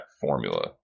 formula